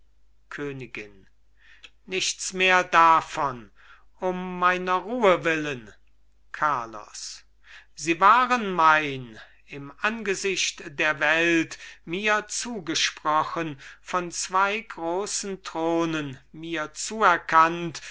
königin nichts mehr davon um meiner ruhe willen carlos sie waren mein im angesicht der welt mir zugesprochen von zwei großen thronen mir zuerkannt